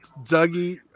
Dougie